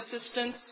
assistance